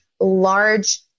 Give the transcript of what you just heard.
large